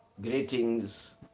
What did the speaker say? greetings